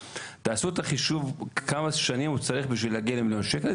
תעשו את החישוב כמה שנים הוא צריך כדי להגיע למיליון שקלים.